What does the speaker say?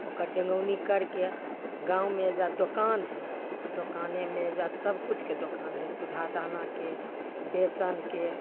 ओकर डेङ्गौनी करिके गाममे एहिजाँ दोकान हइ दोकानेमे एहिजाँ सबकिछुके दोकान हइ सुधा दानाके बेसनके